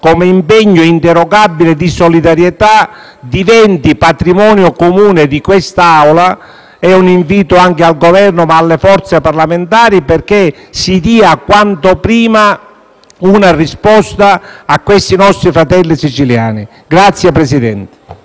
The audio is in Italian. come impegno inderogabile di solidarietà, debba diventare patrimonio comune di quest'Assemblea. È un invito anche al Governo e alle forze parlamentari, perché si dia quanto prima una risposta a questi nostri fratelli siciliani. *(Applausi